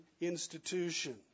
institution